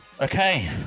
Okay